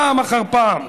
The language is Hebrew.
פעם אחר פעם: